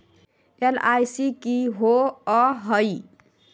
LIC की होअ हई?